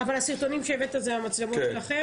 הסרטונים שהבאת זה מהמצלמות שלכם?